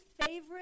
favorite